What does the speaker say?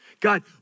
God